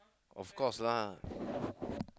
of course lah